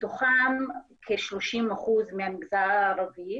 מתוכם כ-30% מהמגזר הערבי.